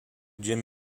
jim